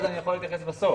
אני יכול להתייחס בסוף.